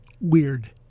weird